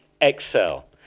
excel